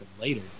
later